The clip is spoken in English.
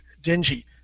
dingy